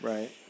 Right